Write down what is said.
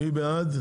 מי בעד?